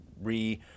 re